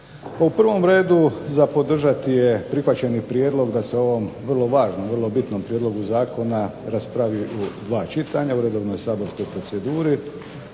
u prvom redu za podržati je prihvaćeni prijedlog da se o ovom vrlo važnom, vrlo bitnom prijedlogu zakona raspravi u dva čitanja, u redovnoj saborskoj proceduri,